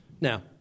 Now